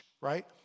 right